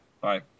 Bye